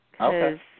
okay